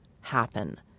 happen